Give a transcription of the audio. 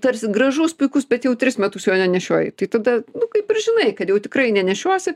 tarsi gražus puikus bet jau tris metus jo nenešioji tai tada nu kaip ir žinai kad jau tikrai nenešiosi